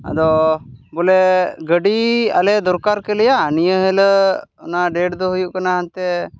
ᱟᱫᱚ ᱵᱚᱞᱮ ᱜᱟᱹᱰᱤ ᱟᱞᱮ ᱫᱚᱨᱠᱟᱨ ᱠᱮᱞᱮᱭᱟ ᱱᱤᱭᱟᱹ ᱦᱤᱞᱳᱜ ᱚᱱᱟ ᱰᱮᱴ ᱫᱚ ᱦᱩᱭᱩᱜ ᱠᱟᱱᱟ ᱦᱟᱱᱛᱮ